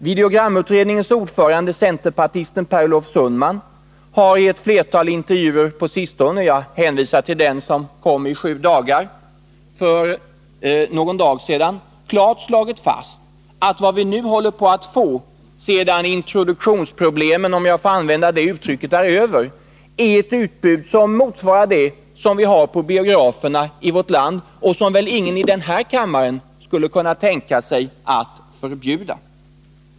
Videogramutredningens ordförande, centerpartisten Per Olof Sundman, har i ett flertal intervjuer — jag hänvisar till den intervju som förekommer i tidningen Sju dagar i dag -— klart slagit fast att vi nu, sedan introduktionsproblemen, om jag får använda det uttrycket, är över, håller på att få ett utbud som motsvarar det som vi har på biograferna i vårt land och som väl ingen i den här kammaren skulle kunna tänka sig att förbjuda.